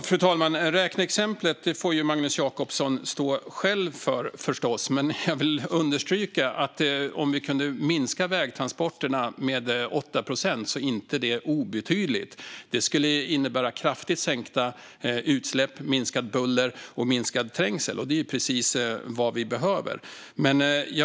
Fru talman! Magnus Jacobssons räkneexempel får stå för honom, men låt mig understryka att en minskning av vägtransporterna med 8 procent inte vore obetydlig. Det skulle innebära kraftigt sänkta utsläpp, minskat buller och minskad trängsel, och det är precis vad vi behöver.